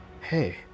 Hey